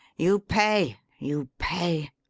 you pay! you pay!